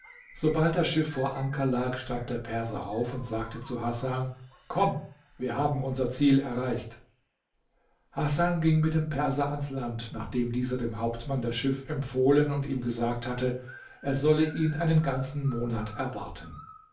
sobald das schiff vor anker lag stand der perser auf und sagte zu hasan komm wir haben unser ziel erreicht hasan ging mit dem perser ans land nachdem dieser dem hauptmann das schiff empfohlen und ihm gesagt hatte er solle ihn einen ganzen monat erwarten